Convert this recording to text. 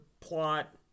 plot